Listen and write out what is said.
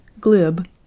glib